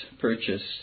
purchased